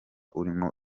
urimo